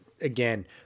again